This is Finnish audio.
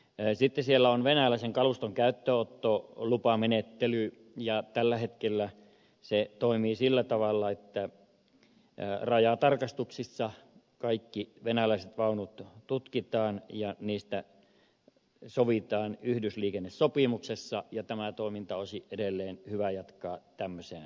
sitten siellä on venäläisen kaluston käyttöönottolupamenettely ja tällä hetkellä se toimii sillä tavalla että rajatarkastuksissa kaikki venäläiset vaunut tutkitaan ja niistä sovitaan yhdysliikennesopimuksessa ja tämä toiminta olisi edelleen hyvä jatkaa tämmöisenään